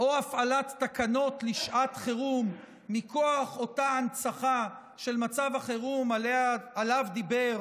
או הפעלת תקנות לשעת חירום מכוח אותה הנצחה של מצב החירום שעליו דיבר